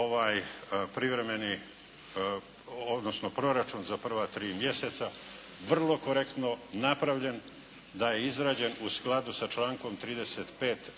ovaj privremeni odnosno proračun za prva tri mjeseca vrlo korektno napravljen. Da je izrađen u skladu sa člankom 35.